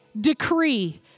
decree